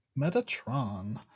Metatron